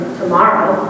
tomorrow